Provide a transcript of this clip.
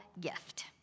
gift